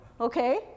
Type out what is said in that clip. okay